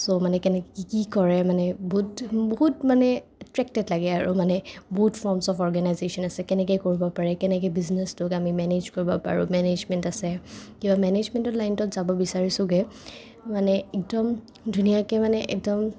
চ' মানে কেনেকে কি কি কৰে মানে বহুত বহুত মানে এট্ৰাক্টেড লাগে আৰু মানে বহুত ফৰ্মচ অফ অৰ্গেনাইজেশ্যন আছে কেনেকে কৰিব পাৰে কেনেকে বিজনেচটোক আমি মেনেজ কৰিব পাৰোঁ মেনেজমেণ্ট আছে কিবা মেনেজমেণ্টৰ লাইনত যাব বিছাৰিছোগে মানে একদম ধুনীয়াকে মানে একদম